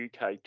uk